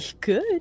good